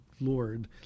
Lord